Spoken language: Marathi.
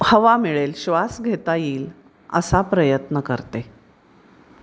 हवा मिळेल श्वास घेता येईल असा प्रयत्न करते